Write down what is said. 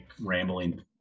rambling